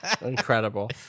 incredible